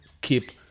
keep